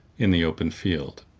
in the open field.